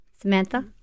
Samantha